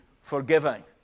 forgiving